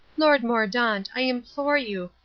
lord mordaunt, i implore you,